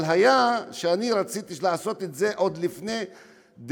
אבל אני רציתי לעשות את זה עוד לפני דצמבר,